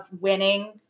winning